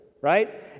right